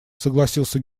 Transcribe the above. согласился